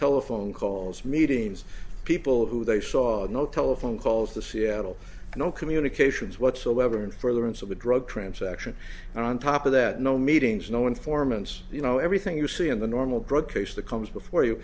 telephone calls meetings people who they saw no telephone calls to seattle no communications whatsoever in furtherance of a drug transaction and on top of that no meetings no informants you know everything you see in the normal drug case the comes before you